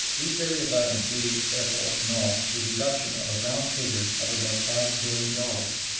these various items lead, therefore, in all to a deduction of a round figure of about five billion dollars,